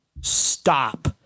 Stop